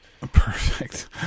Perfect